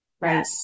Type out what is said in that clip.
Right